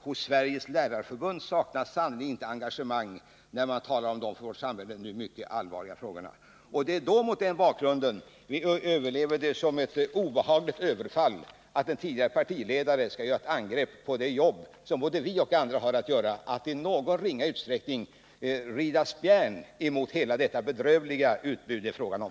Hos Sveriges lärarförbund saknas sannerligen inte engagemang när man talar om dessa för samhället mycket allvarliga frågor. Det är mot den bakgrunden som vi upplever det som ett obehagligt överfall, att en tidigare partiledare skall göra ett angrepp på det jobb som både vi och andra har att göra att i någon ringa utsträckning rida spärr mot hela detta bedrövliga utbud som det är fråga om.